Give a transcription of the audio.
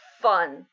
fun